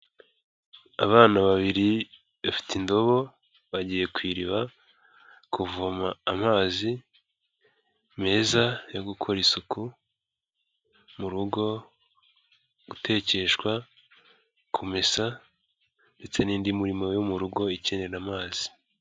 Abana babiri bafite indobo, bagiye ku iriba kuvoma amazi meza yo gukora isuku mu rugo, gutekeshwa, kumesa, ndetse n'indi mirimo yo mu rugo ikenera amazi.